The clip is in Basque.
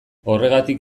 horregatik